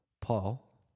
Paul